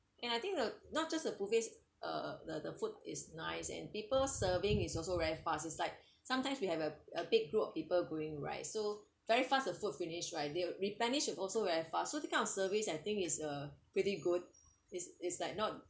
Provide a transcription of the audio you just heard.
and I think the not just the buffet uh the the food is nice and people serving is also very fast it's like sometimes we have a a big group of people going right so very fast the food finish right their replenish should also very fast so this kind of service I think is a pretty good it's it's like not